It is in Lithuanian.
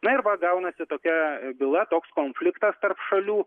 na ir va gaunasi tokia byla toks konfliktas tarp šalių